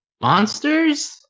Monsters